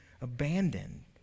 abandoned